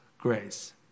grace